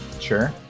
Sure